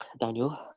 Daniel